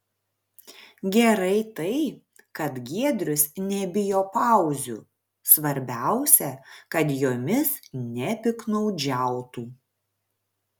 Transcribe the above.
gerai tai kad giedrius nebijo pauzių svarbiausia kad jomis nepiktnaudžiautų